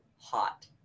hot